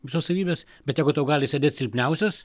visos savybės bet jeigu tau gali sėdėt silpniausias